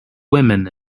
women